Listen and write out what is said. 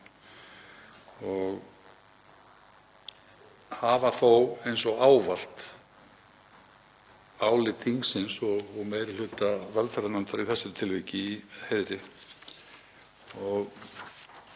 og hafa þó eins og ávallt álit þingsins og meiri hluta velferðarnefndar í þessu tilviki í heiðri